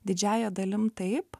didžiąja dalim taip